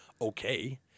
okay